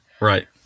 Right